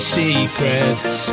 secrets